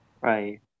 Right